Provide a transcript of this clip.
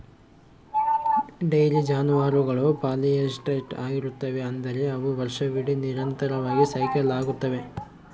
dairy ಜಾನುವಾರುಗಳು polyestrous ಆಗಿರುತ್ತವೆ, ಅಂದರೆ ಅವು ವರ್ಷವಿಡೀ ನಿರಂತರವಾಗಿ ಸೈಕಲ್ ಆಗುತ್ತವೆ